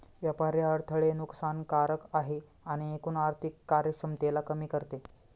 व्यापारी अडथळे नुकसान कारक आहे आणि एकूण आर्थिक कार्यक्षमतेला कमी करते